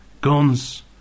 guns